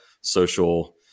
social